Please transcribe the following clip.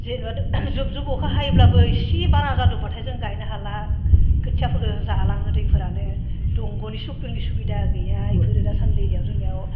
जेन'बा जुब जुब अखा हायोब्लाबो इसे बारा जादोब्लाथाय जों गायनो हाला खोथियाफोरखो जालाङो दैफोरानो दंग'नि सुबिदा गैया इफोरो दासान्दि इयाव जोंनियाव